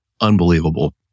unbelievable